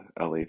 LA